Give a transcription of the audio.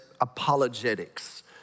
apologetics